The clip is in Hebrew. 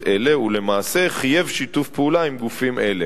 אלה ולמעשה חייב שיתוף פעולה עם גופים אלה.